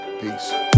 Peace